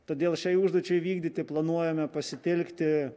todėl šiai užduočiai įvykdyti planuojame pasitelkti